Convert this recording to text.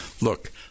Look